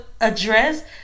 address